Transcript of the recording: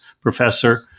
professor